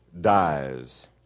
dies